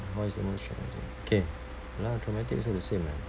now is emotion already okay ya lah traumatic also the same ah